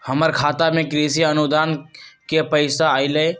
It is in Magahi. हमर खाता में कृषि अनुदान के पैसा अलई?